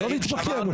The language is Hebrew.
לא להתבכיין.